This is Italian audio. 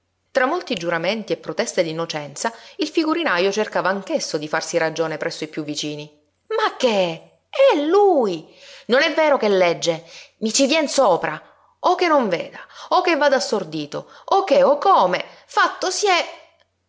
tra molti giuramenti e proteste d'innocenza il figurinajo cercava anch'esso di farsi ragione presso i piú vicini ma che è lui non è vero che legge i ci vien sopra o che non veda o che vada stordito o che o come fatto si è